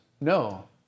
no